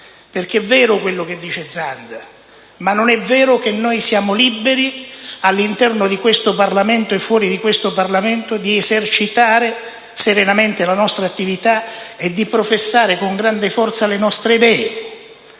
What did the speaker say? perché è vero quello che dice il senatore Zanda, ma non è vero che noi siamo liberi all'interno di questo Parlamento, e fuori da qui, di esercitare serenamente la nostra attività e di professare con grande forza le nostre idee,